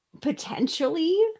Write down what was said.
potentially